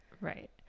Right